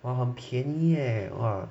!wah! 很便宜 eh !wah!